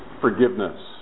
forgiveness